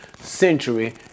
century